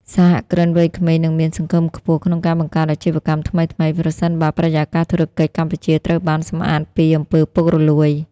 សហគ្រិនវ័យក្មេងនឹងមានសង្ឃឹមខ្ពស់ក្នុងការបង្កើតអាជីវកម្មថ្មីៗ ប្រសិនបើបរិយាកាសធុរកិច្ចកម្ពុជាត្រូវបានសម្អាតពី អំពើពុករលួយ។